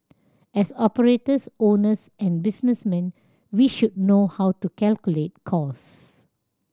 as operators owners and businessmen we should know how to calculate costs